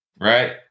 Right